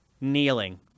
Kneeling